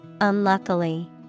unluckily